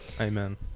Amen